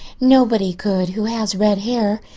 nobody could who has red hair.